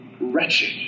wretched